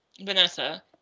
Vanessa